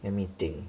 let me think